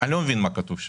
אני לא מבין מה כתוב שם.